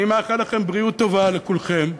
אני מאחל בריאות טובה לכולכם,